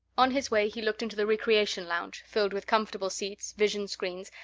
on his way he looked into the recreation lounge filled with comfortable seats, vision-screens,